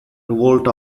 revolt